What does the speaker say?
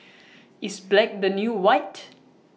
is black the new white